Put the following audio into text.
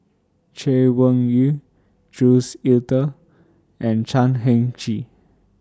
Chay Weng Yew Jules Itier and Chan Heng Chee